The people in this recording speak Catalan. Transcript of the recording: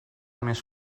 més